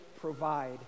provide